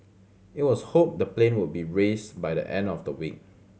it was hoped the plane would be raised by the end of the week